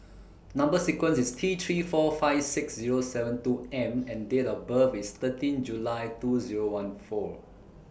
Number sequence IS T three four five six Zero seven two M and Date of birth IS thirteen July two Zero one four